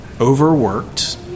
overworked